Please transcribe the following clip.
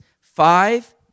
five